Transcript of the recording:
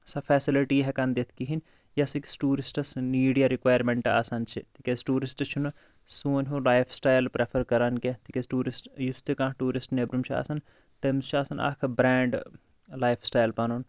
سۄ فیٚسَلٹی ہیٚکان دِتھ کِہیٖنۍ یۄس أکِس ٹورِسٹَس نیٖڈ یا رِکۄایَرمٮ۪نٹ آسان چھِ تِکیازِ ٹورِسٹ چھُنہٕ سون ہیو لایِف سِٹایِل پریفَر کَران کیٚنٛہہ تِکیازِ ٹورِسٹَس یُس تہِ کانہہ ٹورِسٹَس نٮ۪برِم چھِ آسان تٔمِس چھُ آسان اکھ بریٚنڈ لایِف سِٹایِل پَنُن